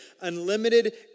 Unlimited